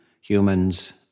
humans